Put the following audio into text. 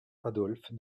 adolphe